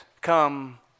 come